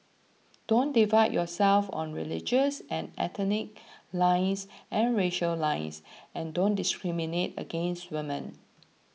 don't divide yourself on religious and ethnic lines and racial lines and don't discriminate against women